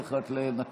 צריך רק לנקות,